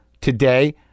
today